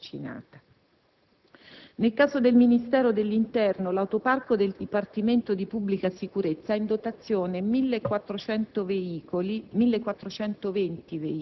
In questo caso, la cosiddetta auto blu non è evidentemente un'autovettura di servizio, bensì un veicolo assegnato per l'attuazione del dispositivo di protezione ravvicinata.